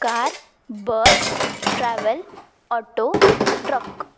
car bus travel auto truck